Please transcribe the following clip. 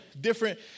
different